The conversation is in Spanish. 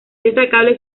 destacable